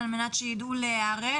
על מנת שיידעו להיערך,